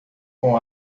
com